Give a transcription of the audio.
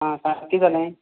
आ सांग किदें जालें